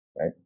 right